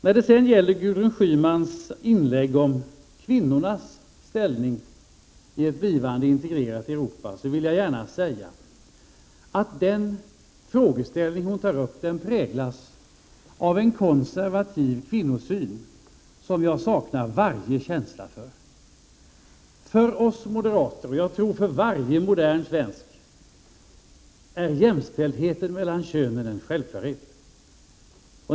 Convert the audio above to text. När det sedan gäller Gudrun Schymans inlägg om kvinnornas ställning i ett blivande integrerat Europa vill jag säga att den frågeställning som hon tar upp präglas av en konservativ kvinnosyn, som jag saknar varje känsla för. För oss moderater och jag tror för varje modern svensk är jämställdheten mellan könen en självklarhet.